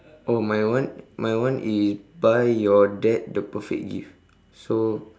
oh my one my one is buy your dad the perfect gift so